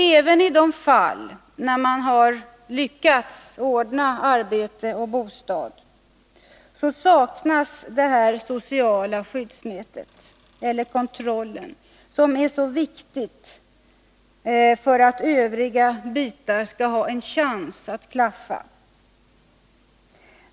Även i de fall när man lyckats ordna arbete och bostad saknas det sociala skyddsnät eller den kontroll som är så viktig för att övriga bitar skall ha en chans att klaffa.